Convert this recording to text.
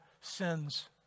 sins